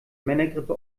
männergrippe